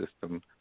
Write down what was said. system